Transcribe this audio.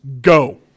go